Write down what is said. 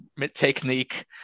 technique